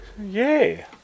Yay